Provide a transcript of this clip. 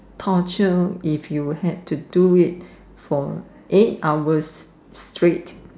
torture if you had to do it for eight hours straight